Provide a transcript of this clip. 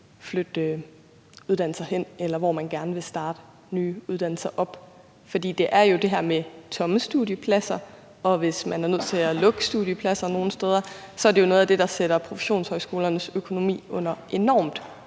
flytte uddannelser hen, eller hvor de gerne vil starte nye uddannelser op. For det er jo det her med tomme studiepladser, og hvis man er nødt til at lukke studiepladser nogle steder, så er det jo noget af det, der sætter professionshøjskolernes økonomi under enormt